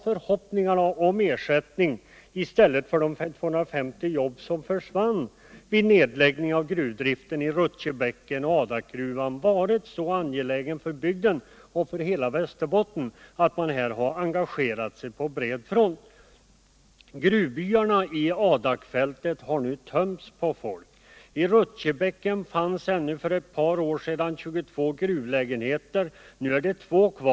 Mot denna bakgrund har ersättningen för de 250 jobb som försvann vid nedläggningen av gruvdriften i Rutjebäcken och Adakgruvan varit så angelägen för bygden och för hela Västerbotten att man här har engagerat sig på bred front. Gruvbyarna i Adakfältet har nu tömts på folk. I Rutjebäcken nedläggning av fanns ännu för ett par år sedan 22 gruvlägenheter. Nu är bara två bebodda.